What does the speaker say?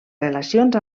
relacions